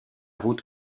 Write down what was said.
route